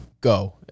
go